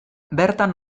bertan